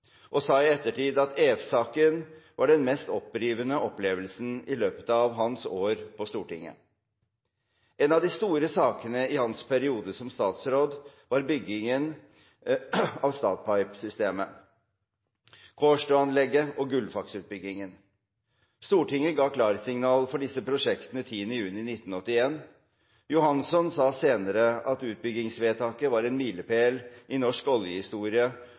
og sa i ettertid at EF-saken var den mest opprivende opplevelsen i løpet av hans år på Stortinget. En av de store sakene i hans periode som statsråd var byggingen av Statpipe-systemet, Kårstø-anlegget og Gullfaks-utbyggingen. Stortinget ga klarsignal for disse prosjektene 10. juni 1981. Johanson sa senere at utbyggingsvedtaket var en milepæl i norsk oljehistorie,